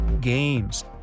Games